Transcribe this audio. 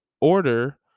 order